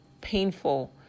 painful